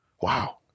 Wow